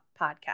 podcast